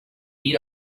eat